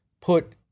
put